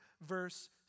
verse